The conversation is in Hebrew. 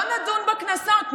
לא נדון בקנסות,